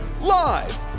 Live